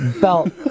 belt